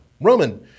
Roman